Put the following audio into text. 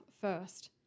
first